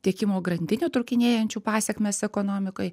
tiekimo grandinę trūkinėjančių pasekmes ekonomikai